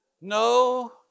No